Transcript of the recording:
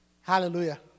Hallelujah